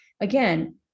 again